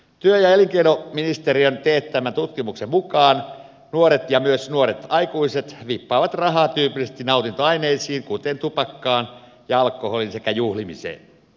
työ ja elinkeinoministeriön teettämän tutkimuksen mukaan nuoret ja myös nuoret aikuiset vippaavat rahaa tyypillisesti nautintoaineisiin kuten tupakkaan ja alkoholiin sekä juhlimiseen